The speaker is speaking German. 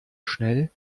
schnell